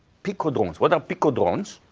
pico drones, what are pico drones?